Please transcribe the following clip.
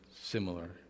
similar